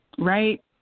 Right